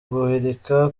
guhirika